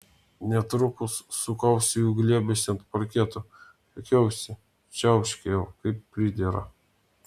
netrukus sukausi jų glėbiuose ant parketo juokiausi čiauškėjau kaip pridera